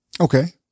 Okay